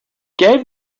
gave